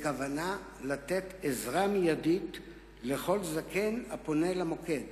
במטרה לתת עזרה מיידית לכל זקן הפונה אל המוקד.